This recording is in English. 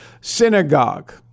synagogue